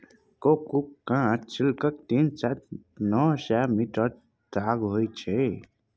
cocoon काँच सिल्कक तीन सय सँ नौ सय मीटरक ताग छै